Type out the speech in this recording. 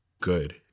good